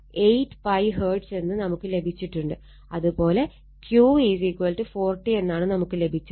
അത് പോലെ Q 40 എന്നാണ് നമുക്ക് ലഭിച്ചത്